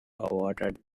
averted